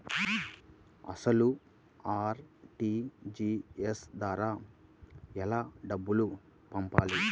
అసలు అర్.టీ.జీ.ఎస్ ద్వారా ఎలా డబ్బులు పంపాలి?